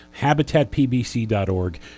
habitatpbc.org